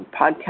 podcast